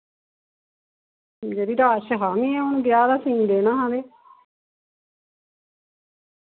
यरी रश हा मैं हु'न ब्याह् दा सूट देना हा ते